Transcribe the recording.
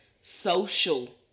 social